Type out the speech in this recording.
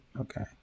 Okay